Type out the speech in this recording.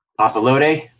Papalote